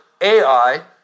Ai